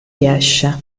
riesce